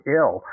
ill